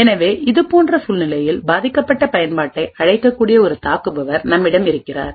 எனவே இதுபோன்ற சூழ்நிலையில் பாதிக்கப்பட்ட பயன்பாட்டை அழைக்கக்கூடிய ஒரு தாக்குபவர் நம்மிடம் இருக்கிறார்